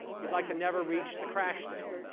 you'd like to never reach the crash state.